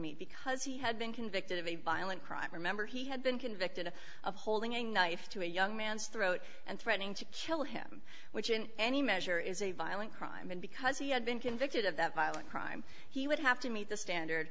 meet because he had been convicted of a violent crime remember he had been convicted of holding a knife to a young man's throat and threatening to kill him which in any measure is a violent crime and because he had been convicted of that violent crime he would have to meet the standard